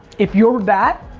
if you're that,